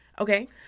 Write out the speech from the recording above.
Okay